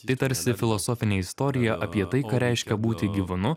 tai tarsi filosofinė istorija apie tai ką reiškia būti gyvūnu